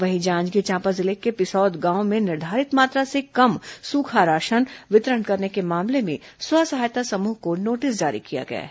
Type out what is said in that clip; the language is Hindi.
वहीं जांजगीर चांपा जिले के पिसौद गांव में कम सूखा राशन वितरण करने के मामले में स्व सहायता समूह को नोटिस जारी किया गया है